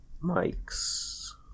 mike's